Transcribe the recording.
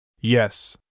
Yes